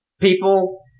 people